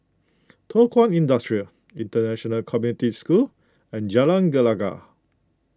Thow Kwang Industry International Community School and Jalan Gelegar